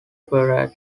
parade